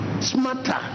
smarter